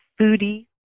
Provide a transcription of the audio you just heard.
foodie